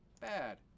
bad